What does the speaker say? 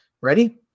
Ready